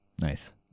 Nice